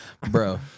Bro